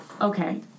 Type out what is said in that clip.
Okay